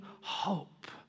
hope